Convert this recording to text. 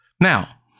Now